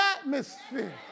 atmosphere